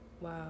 wow